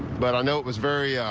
but i know it was very a